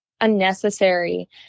unnecessary